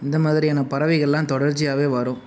இந்தமாதிரியான பறவைகள்லாம் தொடர்ச்சியாகவே வரும்